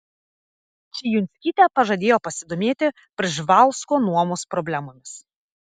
čijunskytė pažadėjo pasidomėti prževalsko nuomos problemomis